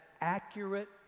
accurate